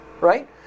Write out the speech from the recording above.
right